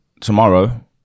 tomorrow